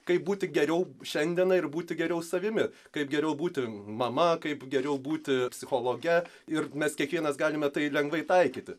kaip būti geriau šiandieną ir būti geriau savimi kaip geriau būti mama kaip geriau būti psichologe ir mes kiekvienas galime tai lengvai taikyti